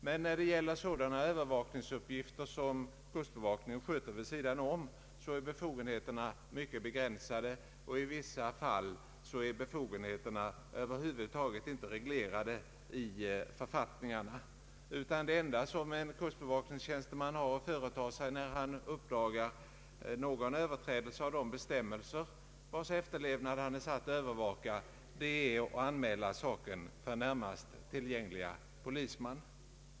Men när det gäller sådana övervakningsuppgifter som kustbevakningen sköter vid sidan om är befogenheterna mycket begränsade och i vissa fall över huvud taget inte reglerade i författ ningarna. Det enda som kustbevakningstjänstemannen i sådant fall har att företa sig när han konstaterar en överträdelse av någon bestämmelse, vars efterlevnad han är satt att övervaka, är att anmäla saken för närmast tillgängliga polisman.